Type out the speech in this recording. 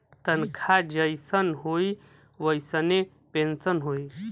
तनखा जइसन होई वइसने पेन्सन होई